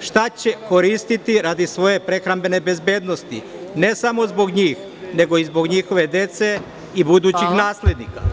šta će koristiti radi svoje prehrambene bezbednosti, ne samo zbog njih, nego i zbog njihove dece i budućih naslednika.